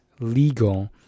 legal